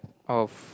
of